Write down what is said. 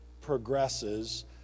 progresses